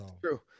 true